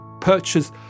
purchase